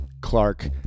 Clark